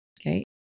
Okay